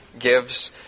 gives